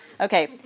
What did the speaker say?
Okay